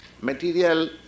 material